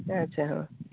ᱟᱪᱪᱷᱟ ᱦᱳᱭ